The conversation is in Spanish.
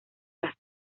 las